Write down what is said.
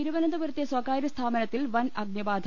തിരുവനന്തപുരത്തെ സ്ഥകാര്യ സ്ഥാപനത്തിൽ വൻ അഗ്നിബാധ